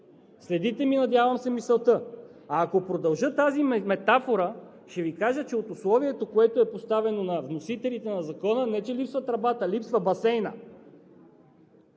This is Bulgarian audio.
Следите ми, надявам се, мисълта. Ако продължа тази метафора, ще Ви кажа, че от условието, което е поставено от вносителите на Закона, не че липсва тръбата – липсва басейнът.